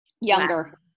Younger